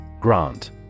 Grant